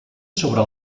sobre